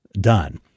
done